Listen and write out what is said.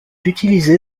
utilisé